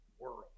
world